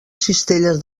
cistelles